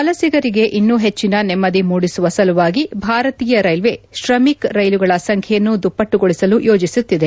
ವಲಸಿಗರಿಗೆ ಇನ್ನೂ ಹೆಚ್ಚನ ನೆಮ್ದಿ ಮೂಡಿಸುವ ಸಲುವಾಗಿ ಭಾರತೀಯ ರೈಲ್ವೆ ತ್ರಮಿಕ ರೈಲುಗಳ ಸಂಖ್ಯೆಯನ್ನು ದುಪ್ಪಟ್ಟುಗೊಳಿಸಲು ಯೋಜಿಸುತ್ತಿದೆ